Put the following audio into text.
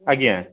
ଆଜ୍ଞା